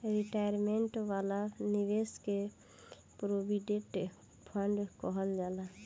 retirement वाला निवेश के प्रोविडेंट फण्ड कहल जाला